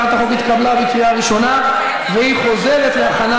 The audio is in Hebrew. הצעת החוק התקבלה בקריאה ראשונה והיא חוזרת להכנה